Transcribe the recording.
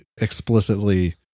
explicitly-